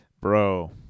bro